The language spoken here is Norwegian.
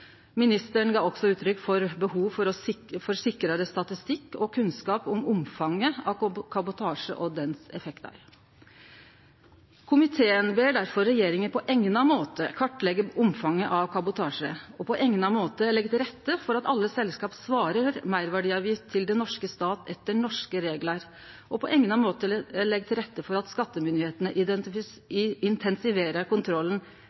Ministeren gav også uttrykk for behovet for sikrare statistikk og kunnskap om omfanget av kabotasje og effektane av den. Komiteen ber derfor regjeringa på eigna måte kartleggje omfanget av kabotasje, på eigna måte leggje til rette for at alle selskap svarer meirverdiavgift til den norske stat etter norske reglar, og på eigna måte leggje til rette for at skattemyndigheitene intensiverer kontrollen